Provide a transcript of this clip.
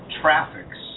traffics